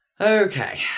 Okay